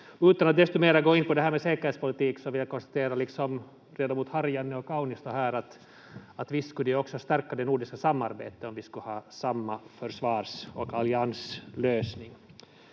Utan att desto mera gå in på det här med säkerhetspolitik så vill jag konstatera, liksom ledamot Harjanne och Kaunisto här, att visst skulle det ju också stärka det nordiska samarbetet om vi skulle ha samma försvars- och allianslösning.